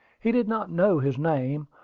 he did not know his name,